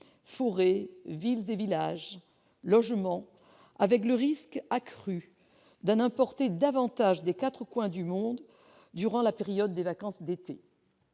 forêts, villes et villages, logements, le risque qu'en soient importés davantage des quatre coins du monde étant accru durant la période des vacances d'été.